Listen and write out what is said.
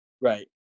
Right